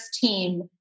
team